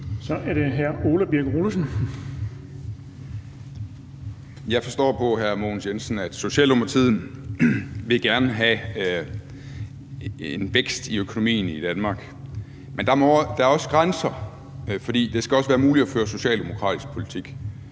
Kl. 16:59 Ole Birk Olesen (LA): Jeg forstår på hr. Mogens Jensen, at Socialdemokratiet gerne vil have en vækst i økonomien i Danmark, men at der også er grænser, fordi det også skal være muligt at føre socialdemokratisk politik,